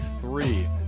three